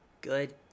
Good